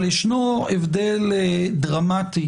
אבל ישנו הבדל דרמטי